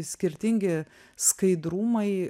skirtingi skaidrumai